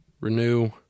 Renew